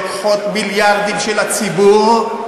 לוקחות מיליארדים של הציבור,